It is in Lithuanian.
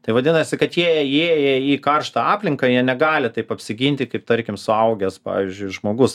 tai vadinasi kad jie įėję į karštą aplinką jie negali taip apsiginti kaip tarkim suaugęs pavyzdžiui žmogus